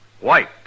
White